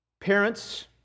Parents